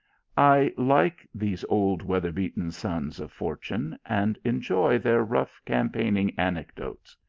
i like these old weather-beaten sons of fortune, and enjoy their rough campaigning anecdotes.